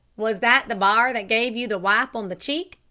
was that the bar that gave you the wipe on the cheek?